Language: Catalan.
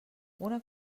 una